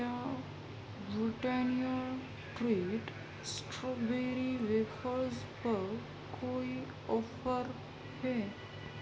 کیا Britannia treat straw wafers پر کوئی آفر ہے